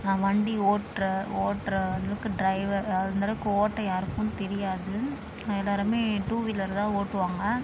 வண்டி ஓட்டுற ஓட்டுற அளவுக்கு ட்ரைவர் அந்தளவுக்கு ஓட்ட யாருக்கும் தெரியாது எல்லாேருமே டூ வீலர் தான் ஓட்டுவாங்க